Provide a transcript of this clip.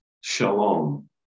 shalom